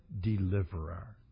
Deliverer